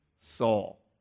Saul